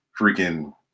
freaking